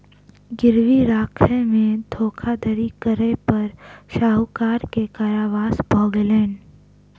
गिरवी राखय में धोखाधड़ी करै पर साहूकार के कारावास भ गेलैन